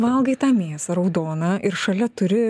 valgai tą mėsą raudoną ir šalia turi